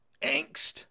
angst